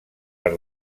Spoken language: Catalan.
per